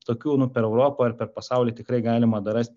tokiu nu per europą ar per pasaulį tikrai galima dar rast